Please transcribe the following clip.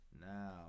now